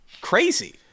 crazy